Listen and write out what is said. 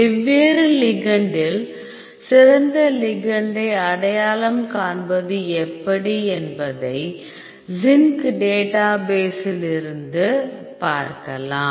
வெவ்வேறு லிகெண்டில் சிறந்த லிகெண்டை அடையாளம் காண்பது எப்படி என்பதை சின்க் டேட்டாபேஸில் இருந்து பார்க்கலாம்